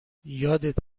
یادت